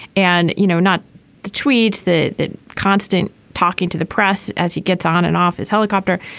and you know not the tweet the the constant talking to the press as he gets on and off his helicopter.